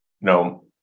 no